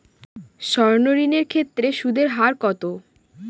সর্ণ ঋণ এর ক্ষেত্রে সুদ এর হার কত?